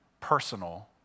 personal